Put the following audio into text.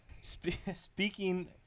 Speaking